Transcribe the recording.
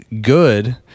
good